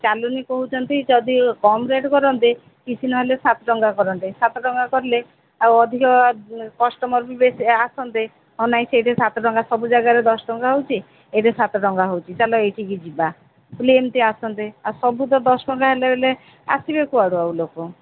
ଚାଲୁନି କହୁଛନ୍ତି ଯଦି କମ୍ ରେଟ୍ କରନ୍ତେ କିଛି ନହେଲେ ସାତ ଟଙ୍କା କରନ୍ତେ ସାତ ଟଙ୍କା କଲେ ଆଉ ଅଧିକ କଷ୍ଟମର୍ ବି ବେଶୀ ଆସନ୍ତେ ହଁ ନାଇଁ ସେଠି ସାତ ଟଙ୍କା ସବୁ ଜାଗାରେ ଦଶ ଟଙ୍କା ହେଉଛି ଏଠି ସାତ ଟଙ୍କା ହେଉଛି ଚାଲ ଏଇଠିକି ଯିବା ହେଲେ ଏମିତି ଆସନ୍ତେ ଆଉ ସବୁ ତ ଦଶ ଟଙ୍କା ନେଲେ ଆସିବେ କୁଆଡ଼ୁ ଆଉ ଲୋକ